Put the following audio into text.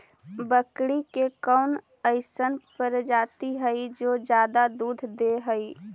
बकरी के कौन अइसन प्रजाति हई जो ज्यादा दूध दे हई?